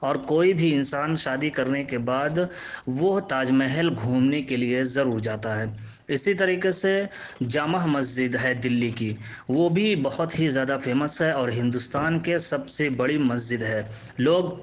اور کوئی بھی انسان شادی کرنے کے بعد وہ تاج محل گھومنے کے لیے ضرور جاتا ہے اسی طریقے سے جامع مسجد ہے دلّی کی وہ بھی بہت ہی زیادہ فیمس ہے اور ہندوستان کے سب سے بڑی مسجد ہے لوگ